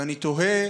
ואני תוהה